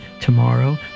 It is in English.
tomorrow